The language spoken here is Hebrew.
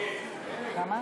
מיקי, מיקי.